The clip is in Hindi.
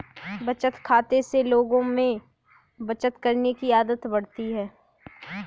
बचत खाते से लोगों में बचत करने की आदत बढ़ती है